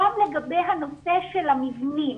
גם לגבי הנושא של המבנים,